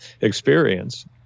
experience